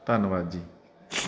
ਧੰਨਵਾਦ ਜੀ